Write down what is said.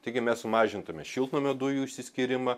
taigi mes sumažintume šiltnamio dujų išsiskyrimą